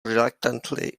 reluctantly